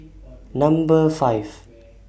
Number five